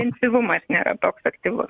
intensyvumas nėra toks aktyvus